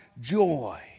joy